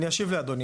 אני אשיב לאדוני,